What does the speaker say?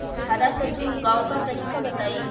हरा सब्जी उगाव का तरीका बताई?